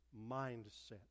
mindset